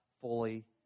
fully